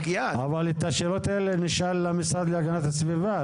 אבל את השאלות האלה נשאל את המשרד להגנת הסביבה,